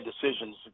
decisions